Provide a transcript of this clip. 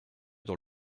dans